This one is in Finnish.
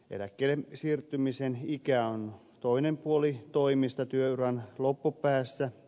eläkkeelle siirtymisen ikä on toinen puoli toimista työuran loppupäässä